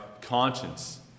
conscience